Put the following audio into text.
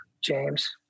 James